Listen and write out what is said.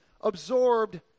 absorbed